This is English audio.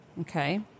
Okay